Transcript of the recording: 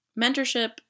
mentorship